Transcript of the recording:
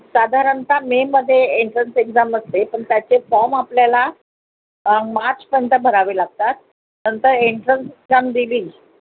साधारणतः मेमध्ये entrance exam असते पण त्याचे फॉर्म आपल्याला मार्च नंतर भरावे लागतात नंतर एंट्रन्स एक्झाम दिली